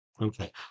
Okay